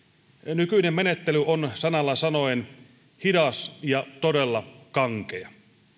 nykyinen menettely on sanalla sanoen hidas ja todella kankea